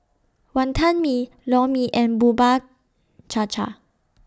Wantan Mee Lor Mee and Bubur Cha Cha